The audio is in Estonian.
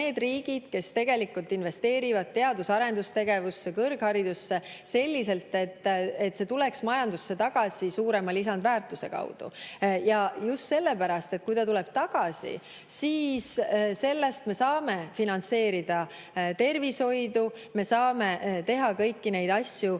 kes tegelikult investeerivad teadus- ja arendustegevusse, kõrgharidusse selliselt, et see tuleks majandusse tagasi suurema lisandväärtuse kaudu. Just sellepärast, et kui see tuleb tagasi, siis me saame finantseerida tervishoidu ja teha kõiki neid asju,